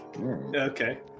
Okay